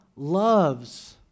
loves